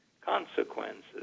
consequences